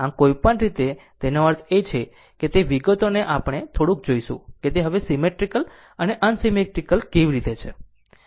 આમ કોઈપણ રીતે તેનો અર્થ એ છે કે તે વિગતોને આપણે થોડુંક જોશું કે તે હવે સીમેટ્રીકલ અને અનસીમેટ્રીકલ કેવી રીતે છે